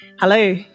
Hello